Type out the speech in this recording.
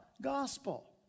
gospel